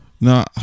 No